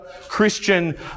Christian